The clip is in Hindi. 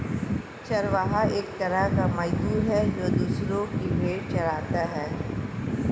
चरवाहा एक तरह का मजदूर है, जो दूसरो की भेंड़ चराता है